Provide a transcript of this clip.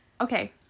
okay